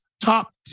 top